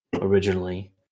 originally